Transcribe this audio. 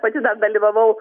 pati dar dalyvavau